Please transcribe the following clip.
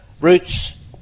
Roots